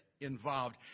involved